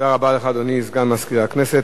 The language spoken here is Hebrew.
תודה רבה לך, אדוני סגן מזכירת הכנסת.